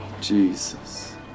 Jesus